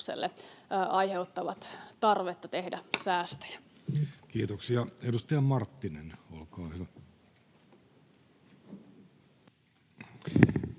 aiheuttavat tarvetta tehdä säästöjä. Kiitoksia. — Edustaja Marttinen, olkaa hyvä.